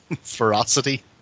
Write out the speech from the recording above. ferocity